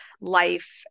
life